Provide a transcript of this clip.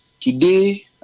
today